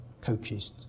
coaches